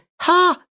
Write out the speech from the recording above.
ha